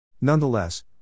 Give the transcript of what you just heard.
Nonetheless